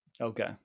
Okay